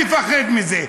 אל תפחד מזה.